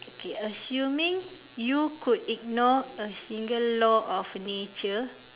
okay assuming you could ignore a single law of nature